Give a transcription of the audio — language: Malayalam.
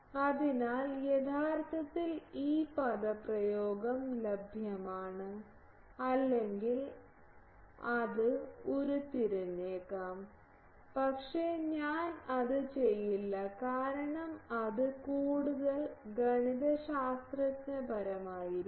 അതിനാൽ യഥാർത്ഥത്തിൽ ഈ പദപ്രയോഗം ലഭ്യമാണ് അല്ലെങ്കിൽ അത് ഉരുത്തിരിഞ്ഞേക്കാം പക്ഷേ ഞാൻ അത് ചെയ്യില്ല കാരണം അത് കൂടുതൽ ഗണിതശാസ്ത്രപരമായിരിക്കും